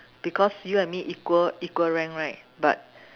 because you and me equal equal rank right but